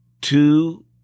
two